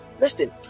Listen